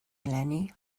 eleni